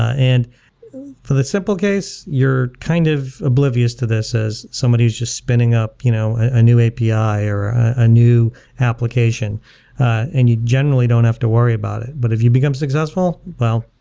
ah and for the simple case, you're kind of oblivious to this as somebody who's just spinning up you know a new api or a new application and you generally don't have to worry about it, but if you become successful, well,